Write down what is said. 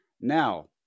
now